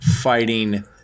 fighting